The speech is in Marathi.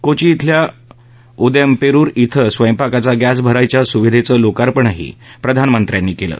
कोची इथल्या उदयमपेरुर इथं स्वयंपाकाचा गत्तीभरायच्या सुविधेचं लोकार्पणही प्रधानमंत्र्यांनी केलं